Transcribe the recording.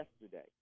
yesterday